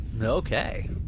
Okay